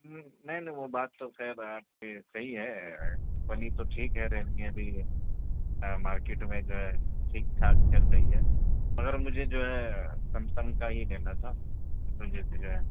ہوں نہیں نہیں وہ بات تو خیر آپ کی صحیح ہے کمپنی تو ٹھیک ہے ریلمی ابھی مارکیٹ میں جو ہے ٹھیک ٹھاک چل رہی ہے مگر مجھے جو ہے سیمسنگ کا ہی لینا تھا اس وجہ سے جو ہے